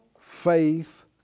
faith